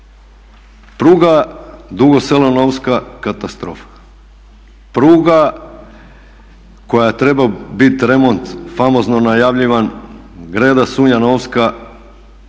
Pruga Dugo Selo–Novska katastrofa. Pruga koja treba biti remont famozno najavljivan Greda-Sunja-Novska